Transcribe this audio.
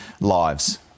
lives